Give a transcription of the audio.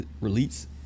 release